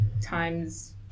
times